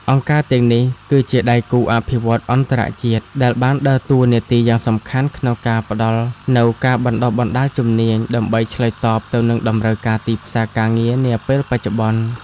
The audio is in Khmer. អង្គការទាំងនេះ គឺដៃគូអភិវឌ្ឍន៍អន្តរជាតិ ដែលបានដើរតួនាទីយ៉ាងសកម្មក្នុងការផ្តល់នូវការបណ្តុះបណ្តាលជំនាញ ដើម្បីឆ្លើយតបទៅនឹងតម្រូវការទីផ្សារការងារនាពេលបច្ចុប្បន្ន។